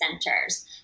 centers